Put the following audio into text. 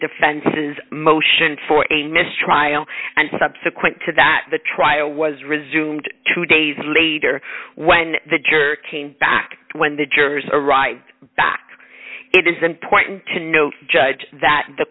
defense's motion for a mistrial and subsequent to that the trial was resumed two days later when the juror team back when the jurors arrived back it is important to note judge that the